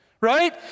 right